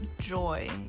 joy